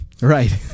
Right